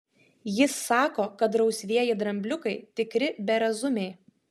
jis sako kad rausvieji drambliukai tikri berazumiai